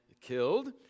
killed